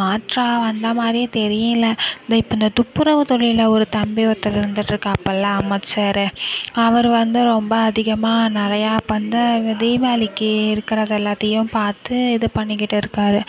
மாற்றாக வந்தா மாதிரியே தெரியிலை தோ இப்போ இந்த துப்புரவு தொழிலில் ஒரு தம்பி ஒருத்தவரு வந்துட் இருக்கா போல் அமைச்சரு அவர் வந்து ரொம்ப அதிகமாக நிறையா இப்போ வந்து தீவாளிக்கு இருக்கறதை எல்லாத்தையும் பார்த்து இது பண்ணிகிட்டு இருக்கார்